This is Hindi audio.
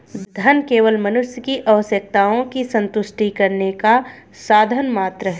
धन केवल मनुष्य की आवश्यकताओं की संतुष्टि करने का साधन मात्र है